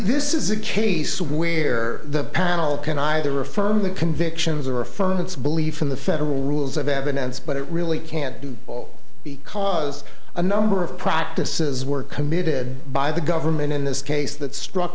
this is a case where the panel can either affirm the convictions or affirm its belief in the federal rules of evidence but it really can't do because a number of practices were committed by the government in this case that struck